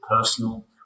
personal